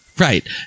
Right